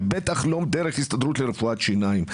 ובטח לא דרך ההסתדרות לרפואת שיניים.